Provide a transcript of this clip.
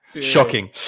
Shocking